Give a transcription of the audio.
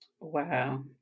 Wow